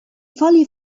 fully